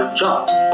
jobs